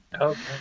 Okay